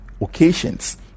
occasions